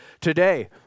today